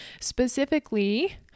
Specifically